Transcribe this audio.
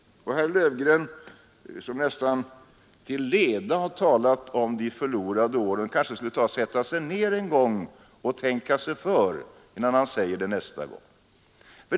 Men herr Löfgren, som nästan till leda har talat om de förlorade åren, kanske skall tänka sig för innan han säger det nästa gång.